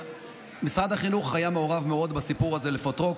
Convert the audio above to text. משרד החינוך היה מעורב מאוד בסיפור הזה לפותרו,